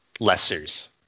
lessers